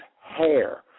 hair